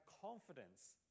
confidence